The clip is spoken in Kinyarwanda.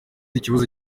ikibazo